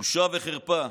בושה וחרפה.